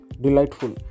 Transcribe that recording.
delightful